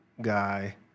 guy